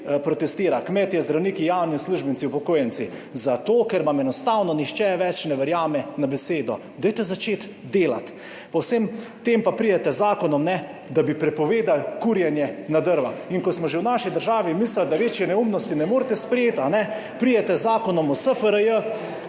protestira, kmetje, zdravniki, javni uslužbenci, upokojenci – zato ker vam enostavno nihče več ne verjame na besedo. Dajte začeti delati. Po vsem tem pa pridete z zakonom, da bi prepovedali kurjenje na drva. In ko smo že v naši državi mislili, da večje neumnosti ne morete sprejeti, pridete z zakonom o SFRJ